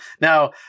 Now